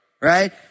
right